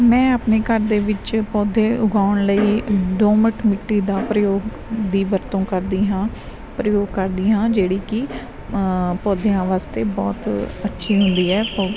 ਮੈਂ ਆਪਣੇ ਘਰ ਦੇ ਵਿੱਚ ਪੌਦੇ ਉਗਾਉਣ ਲਈ ਦੋਮਟ ਮਿੱਟੀ ਦਾ ਪ੍ਰਯੋਗ ਦੀ ਵਰਤੋਂ ਕਰਦੀ ਹਾਂ ਪ੍ਰਯੋਗ ਕਰਦੀ ਹਾਂ ਜਿਹੜੀ ਕਿ ਪੌਦਿਆਂ ਵਾਸਤੇ ਬਹੁਤ ਅੱਛੀ ਹੁੰਦੀ ਹੈ ਪੌਦੇ